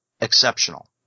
exceptional